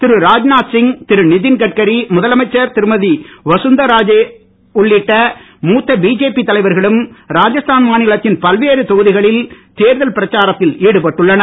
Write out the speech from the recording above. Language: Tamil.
திரு ராஜ்நாத் சிங் திரு நிதின் கட்கரி முதலமைச்சர் திருமதி வசுந்தரா ராஜே உள்ளிட்ட மூத்த பிஜேபி தலைவர்களும் ராஸ்தான் மாநிலத்தின் பல்வேறு தொகுதிகளில் தேர்தல் பிரச்சாரத்தில் ஈடுபட்டுள்ளனர்